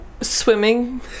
swimming